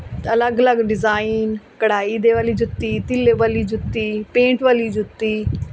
ਅਲੱਗ ਅਲੱਗ ਡਿਜ਼ਾਈਨ ਕਢਾਈ ਦੇ ਵਾਲੀ ਜੁੱਤੀ ਤਿਲੇ ਵਾਲੀ ਜੁੱਤੀ ਪੇਂਟ ਵਾਲੀ ਜੁੱਤੀ